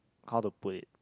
how to put it